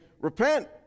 Repent